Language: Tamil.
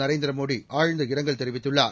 நரேந்திர மோடி ஆழ்ந்த இரங்கல் தெரிவித்துள்ளார்